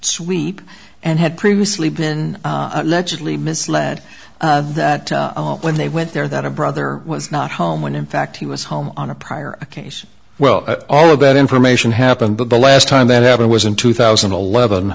sweep and had previously been allegedly misled that when they went there that a brother was not home when in fact he was home on a prior case well all of that information happened but the last time that happened was in two thousand and eleven